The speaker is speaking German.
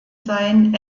sein